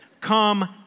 come